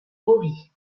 hori